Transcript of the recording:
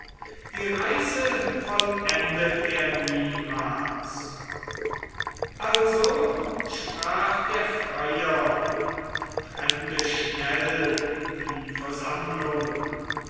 die reise vollendet er niemals also sprach der freier und trennte schnell die versammlung